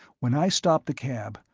when i stop the cab,